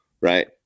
right